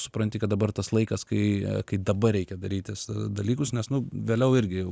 supranti kad dabar tas laikas kai kai dabar reikia darytis dalykus nes nu vėliau irgi jau